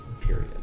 period